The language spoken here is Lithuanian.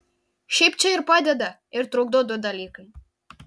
šiaip čia ir padeda ir trukdo du dalykai